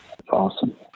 awesome